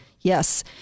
Yes